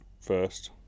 first